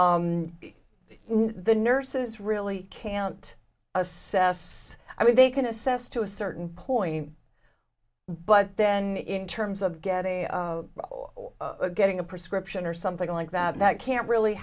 and the nurses really can't assess i mean they can assess to a certain point but then in terms of getting or getting a prescription or something like that that can't really